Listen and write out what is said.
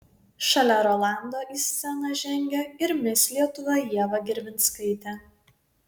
šalia rolando į sceną žengė ir mis lietuva ieva gervinskaitė